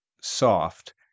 soft